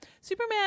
Superman –